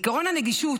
עקרון הנגישות,